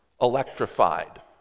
electrified